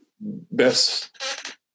best